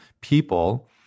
people